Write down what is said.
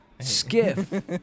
skiff